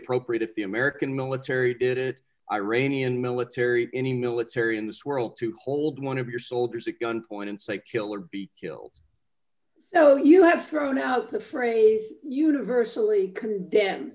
appropriate if the american military did it iranian military any military in this world to hold one of your soldiers at gunpoint and say kill or be killed so you have thrown out the phrase universally c